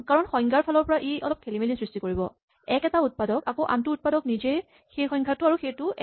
কাৰণ সংজ্ঞাৰ ফালৰ পৰা ই অলপ খেলিমেলিৰ সৃষ্টি কৰিব এক এটা উৎপাদক আকৌ আনটো উৎপাদক নিজেই সেই সংখ্যাটো আৰু সেইটোও এক